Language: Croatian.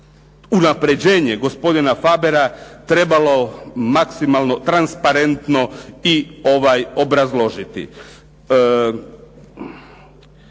unapređenje gospodina Fabera trebalo transparentno i obrazložiti.